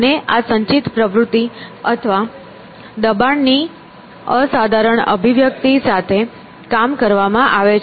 અને આ સંચિત પ્રવૃત્તિ અથવા દબાણ ની અસાધારણ અભિવ્યક્તિ સાથે કામ કરવામાં આવે છે